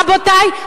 רבותי,